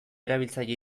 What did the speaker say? erabiltzaile